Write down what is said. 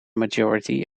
majority